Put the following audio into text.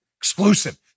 Exclusive